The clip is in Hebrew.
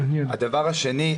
דבר שני,